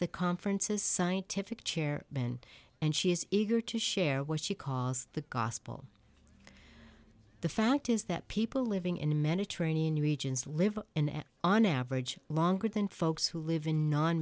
the conferences scientific chair been and she is eager to share what she calls the gospel the fact is that people living in the mediterranean regions live and on average longer than folks who live in non